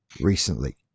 recently